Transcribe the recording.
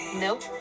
Nope